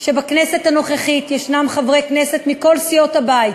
שבכנסת הנוכחית יש חברי כנסת מכל סיעות הבית